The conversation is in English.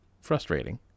frustrating